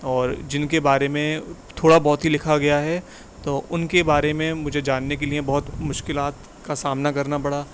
اور جن کے بارے میں تھوڑا بہت ہی لکھا گیا ہے تو ان کے بارے میں مجھے جاننے کے لیے بہت مشکلات کا سامنا کرنا پڑا